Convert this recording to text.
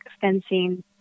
fencing